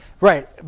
Right